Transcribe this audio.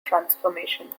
transformations